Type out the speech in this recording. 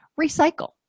recycle